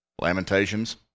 Lamentations